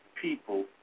People